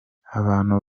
abantu